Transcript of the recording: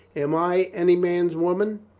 am i any man's woman?